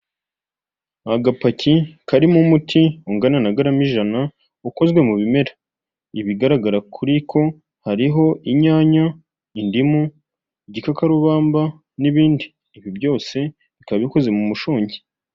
Agapaki karimo umuti ungana na garama ijana ukozwe mu bimera. Ibigaragara kuri ko hariho inyanya, indimu, igikakarubamba n'ibindi. Ibi byose bikaba bikoze mu mushongi.